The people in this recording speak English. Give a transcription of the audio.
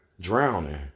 drowning